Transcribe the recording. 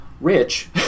Rich